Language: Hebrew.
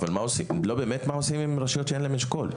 אבל מה עושים עם רשויות שאין להן אשכול?